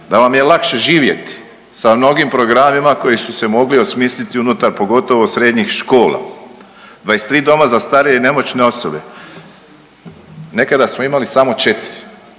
da vam je lakše živjeti sa mnogim programima koji su se mogli osmisliti unutar pogotovo srednjih škola. 23 doma za starije i nemoćne osobe. Nekada smo imali samo 4